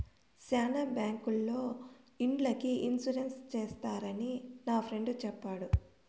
శ్యానా బ్యాంకుల్లో ఇండ్లకి ఇన్సూరెన్స్ చేస్తారని నా ఫ్రెండు చెప్పాడు